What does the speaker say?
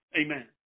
Amen